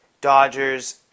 Dodgers